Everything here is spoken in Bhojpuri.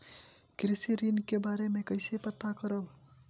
कृषि ऋण के बारे मे कइसे पता करब?